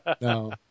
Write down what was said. No